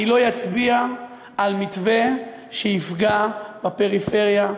אני לא אצביע על מתווה שיפגע בפריפריה,